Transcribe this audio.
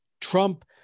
Trump